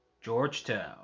Georgetown